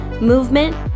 movement